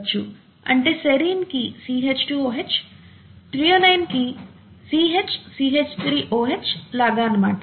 అంటే సేరిన్ కి CH2OH threonine కి CH CH3OH లాగా అన్నమాట